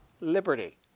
liberty